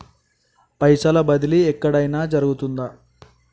పైసల బదిలీ ఎక్కడయిన జరుగుతదా?